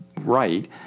right